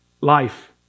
life